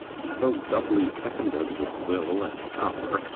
so doubly seconded with will and power,